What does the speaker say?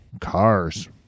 cars